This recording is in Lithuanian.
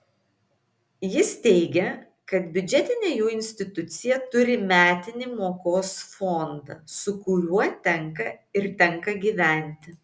jis teigė kad biudžetinė jų institucija turi metinį mokos fondą su kuriuo ir tenka gyventi